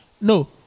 No